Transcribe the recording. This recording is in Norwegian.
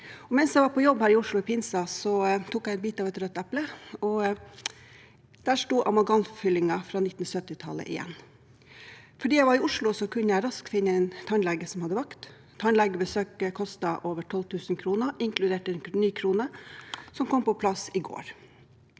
Mens jeg var på jobb her i Oslo i pinsen, tok jeg en bit av et rødt eple, og der sto amalgamfyllingen fra 1970tallet igjen. Fordi jeg var i Oslo, kunne jeg raskt finne en tannlege som hadde vakt. Tannlegebesøket kostet over 12 000 kr, inkludert en ny krone, som kom på plass i går.